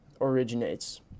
originates